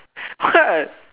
what